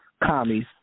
commies